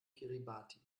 kiribati